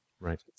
Right